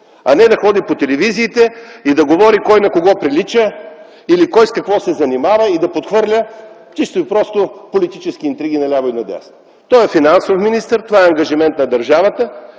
а не да ходи по телевизиите и да говори кой на кого прилича или кой с какво се занимава и да подхвърля наляво и надясно политически интриги. Той е финансов министър, това е ангажимент на държавата.